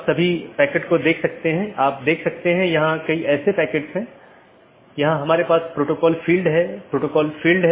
हम बताने की कोशिश कर रहे हैं कि राउटिंग प्रोटोकॉल की एक श्रेणी इंटीरियर गेटवे प्रोटोकॉल है